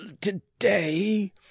today